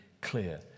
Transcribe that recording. clear